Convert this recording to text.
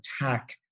attack